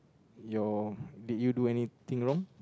your did you do anything wrong